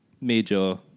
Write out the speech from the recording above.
major